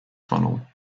funnel